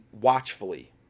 watchfully